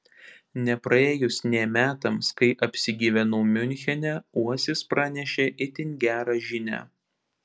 nepraėjus nė metams kai apsigyvenau miunchene uosis pranešė itin gerą žinią